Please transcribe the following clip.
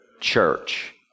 church